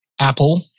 Apple